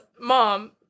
Mom